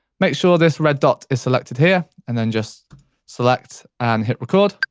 make sure this red dot is selected here, and then just select and hit record.